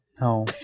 No